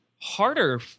harder